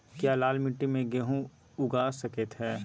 क्या लाल मिट्टी में गेंहु उगा स्केट है?